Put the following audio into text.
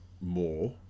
more